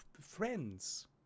friends